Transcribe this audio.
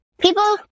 people